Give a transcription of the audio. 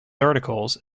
articles